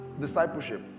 discipleship